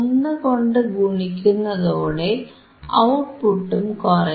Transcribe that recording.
1 കൊണ്ട് ഗുണിക്കുന്നതോടെ ഔട്ട്പുട്ട് കുറയും